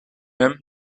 him